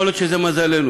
יכול להיות שזה מזלנו.